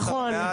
נכון.